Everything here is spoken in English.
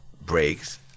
breaks